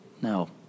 No